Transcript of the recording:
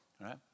right